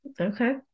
Okay